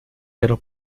pero